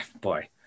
Boy